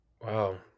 Wow